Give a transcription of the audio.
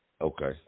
Okay